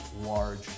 large